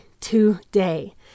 today